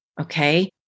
okay